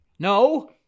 No